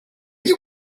you